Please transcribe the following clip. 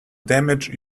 damage